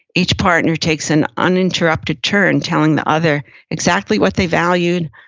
each partner takes an uninterrupted turn, telling the other exactly what they valued,